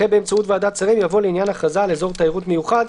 אחרי "באמצעות ועדת שרים" יבוא "לעניין הכרזה על אזור תיירות מיוחד".